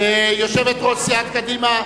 יושבת-ראש סיעת קדימה,